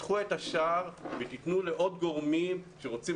פיתחו את השער ותיתנו לעוד גורמים שרוצים